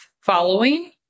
following